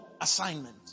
assignment